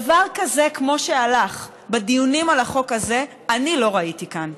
דבר כזה כמו שהלך בדיונים על החוק הזה אני לא ראיתי כאן.